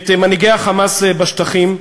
את מנהיגי ה'חמאס' בשטחים,